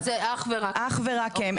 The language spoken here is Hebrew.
זאת אומרת זה אך ורק --- אך ורק הם.